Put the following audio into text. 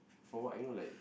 for what you know like